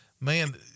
man